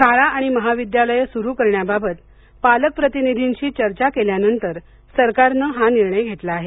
शाळा आणि महाविद्यालये सुरू करण्याबाबत पालक प्रतिनिधींशी चर्चा केल्यानंतर सरकारने हा निर्णय घेतला आहे